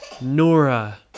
Nora